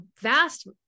vast